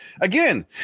again